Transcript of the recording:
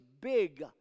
big